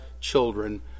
children